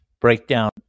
breakdown